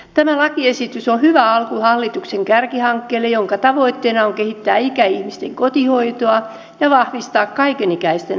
tämä lakiesitys on hyvä alku hallituksen kärkihankkeelle jonka tavoitteena on kehittää ikäihmisten kotihoitoa ja vahvistaa kaikenikäisten omaishoitoa